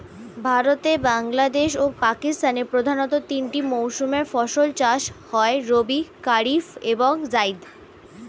ভারতে, বাংলাদেশ ও পাকিস্তানের প্রধানতঃ তিনটি মৌসুমে ফসল চাষ হয় রবি, কারিফ এবং জাইদ